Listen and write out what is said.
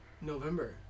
November